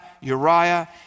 Uriah